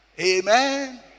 Amen